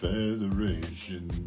Federation